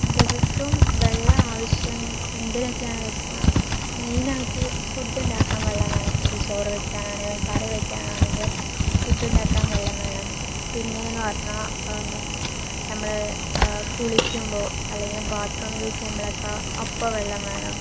ദിവസവും വെള്ളം ആവശ്യം എന്തിനൊക്കെയാണെന്നു വെച്ച് കഴിഞ്ഞാൽ മെയിനായിട്ട് ഫുഡ് ഉണ്ടാക്കാൻ വെള്ളം വേണം അത് ചോറ് വെക്കാൻ ആണെങ്കിലും കറി വെക്കാൻ ആണെങ്കിലും ഫുഡ് ഉണ്ടാക്കാൻ വെള്ളം വേണം പിന്നേന്ന് പറഞ്ഞാൽ നമ്മള് കുളിക്കുമ്പോൾ അല്ലെങ്കിൽ ബാത്റൂം യൂസ് ചെയ്യുമ്പോളൊക്കെ അപ്പോൾ വെള്ളം വേണം